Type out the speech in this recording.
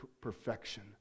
perfection